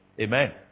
Amen